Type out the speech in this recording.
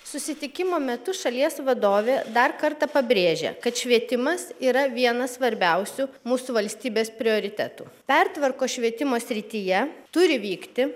susitikimo metu šalies vadovė dar kartą pabrėžė kad švietimas yra vienas svarbiausių mūsų valstybės prioritetų pertvarkos švietimo srityje turi vykti